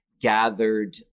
gathered